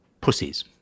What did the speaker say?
Pussies